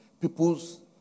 people's